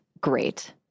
great